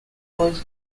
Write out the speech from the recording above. noisy